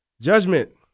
Judgment